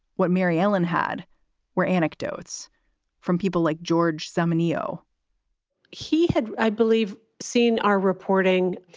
what mary-ellen had were anecdotes from people like george samaniego he had, i believe, seen our reporting.